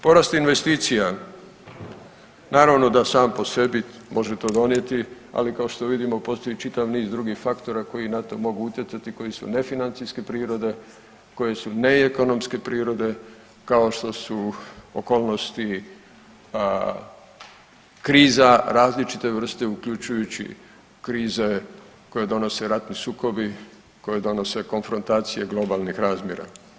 Porast investicija, naravno da sam po sebi može to donijeti, ali kao što vidimo, postoji čitav niz drugih faktori koji na to mogu utjecati, koji su nefinancijske prirode, koje su neekonomske prirode, kao što su okolnosti kriza različite vrste uključujući krize koje donose ratni sukobi, koji donose konfrontacije globalnih razmjera.